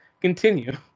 continue